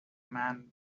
man